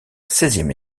seizième